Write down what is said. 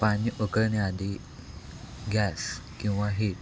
पाणी उकळण्याआधी गॅस किंवा हीट